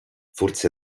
forse